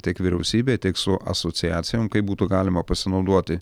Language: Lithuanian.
tiek vyriausybė tiek su asociacijom kaip būtų galima pasinaudoti